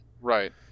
Right